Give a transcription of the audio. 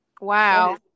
Wow